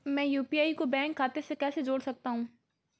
मैं यू.पी.आई को बैंक खाते से कैसे जोड़ सकता हूँ?